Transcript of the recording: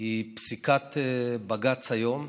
היא פסיקת בג"ץ היום